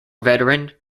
veteran